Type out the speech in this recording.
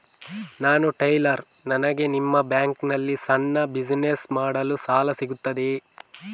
ನಾನು ಟೈಲರ್, ನನಗೆ ನಿಮ್ಮ ಬ್ಯಾಂಕ್ ನಲ್ಲಿ ಸಣ್ಣ ಬಿಸಿನೆಸ್ ಮಾಡಲು ಸಾಲ ಸಿಗುತ್ತದೆಯೇ?